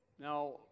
Now